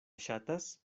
ŝatas